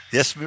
Yes